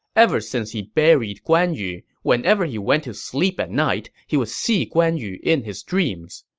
ever since he buried guan yu, whenever he went to sleep at night, he would see guan yu in his dreams.